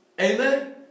Amen